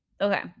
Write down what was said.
Okay